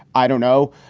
i don't know,